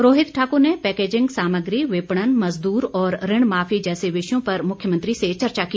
रोहित ठाकुर ने पैकेजिंग सामग्री विपणन मजदूर और ऋण माफी जैसे विषयों पर मुख्यमंत्री से चर्चा की